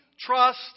trust